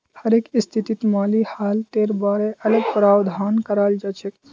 हरेक स्थितित माली हालतेर बारे अलग प्रावधान कराल जाछेक